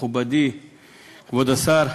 מכובדי כבוד השר,